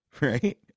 right